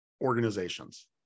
organizations